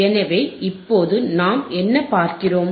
எனவே இப்போது நாம் என்ன பார்க்கிறோம்